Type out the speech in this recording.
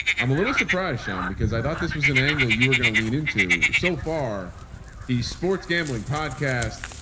i'm a little surprised um because i thought this was an angle you were going to lean into so far the sports gambling podcast,